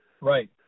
Right